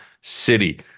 city